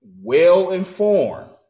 well-informed